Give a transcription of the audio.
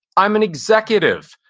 i'm an executive.